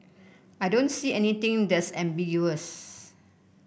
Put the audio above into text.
I don't see anything that's ambiguous